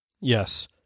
Yes